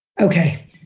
Okay